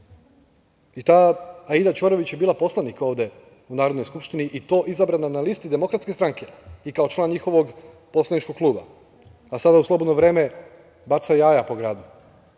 Aida Ćorović je bila poslanik ovde u Narodnoj skupštini i to izabrana na listi DS i kao član njihov poslaničkog kluba, a sada u slobodno vreme baca jaja po gradu.